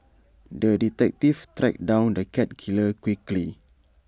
the detective tracked down the cat killer quickly